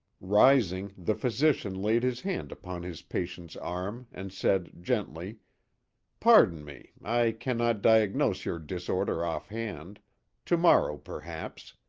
rising, the physician laid his hand upon his patient's arm and said, gently pardon me. i cannot diagnose your disorder off-hand to morrow, perhaps.